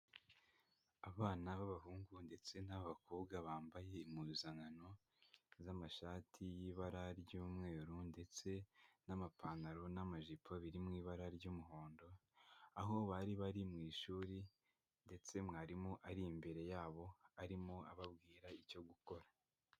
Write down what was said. Abana b'abahungu ndetse n'abakobwa bambaye impuzankano z'amashati y'ibara ry'umweru ndetse n'amapantaro n'amajipo biri mu ibara ry'umuhondo, aho bari bari mu ishuri ndetse mwarimu ari imbere yabo arimo ababwira icyo gukora.